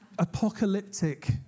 Apocalyptic